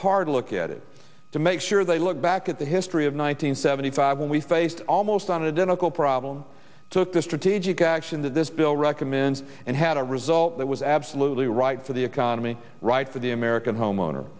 hard look at it to make sure they look back at the history of one nine hundred seventy five when we faced almost on a dental problem took the strategic action that this bill recommends and had a result that was absolutely right for the economy right for the american homeowner